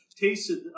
tasted